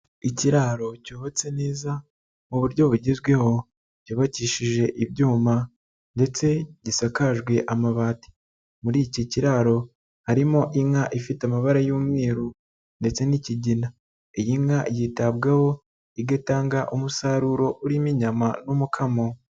Ikiraro cyubatse neza mu buryo bugezweho, cyubakishije ibyuma ndetse gisakajwe amabati. Muri iki kiraro, harimo inka ifite amabara y'umweru ndetse n'ikigina. Iyi nka yitabwaho, igatanga umusaruro urimo inyama n'umukamo.